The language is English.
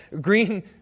green